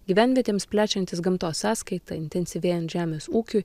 gyvenvietėms plečiantis gamtos sąskaita intensyvėjant žemės ūkiui